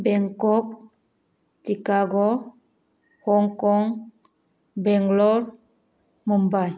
Bangkok Chicago Hong Kong Bangalore Mumbai